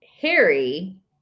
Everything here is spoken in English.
Harry